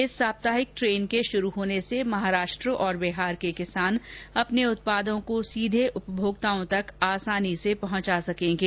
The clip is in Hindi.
इस सप्ताहिक ट्रेन के शुरू होने से महाराष्ट्र और बिहार के किसान अपने उत्पादों को सीधा उपभोक्ताओं तक आसानी से पहंचा सकेंगे